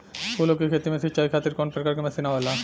फूलो के खेती में सीचाई खातीर कवन प्रकार के मशीन आवेला?